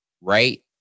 right